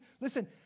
listen